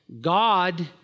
God